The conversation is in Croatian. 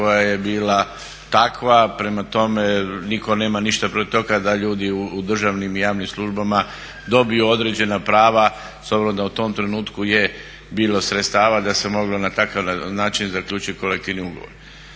koja je bila takva, prema tome, nitko nema ništa protiv toga da ljudi u državnim i javnim službama dobiju određena prava s obzirom da u tom trenutku je bilo sredstava da se moglo na takav način zaključiti kolektivni ugovori.